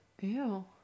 Ew